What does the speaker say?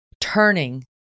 turning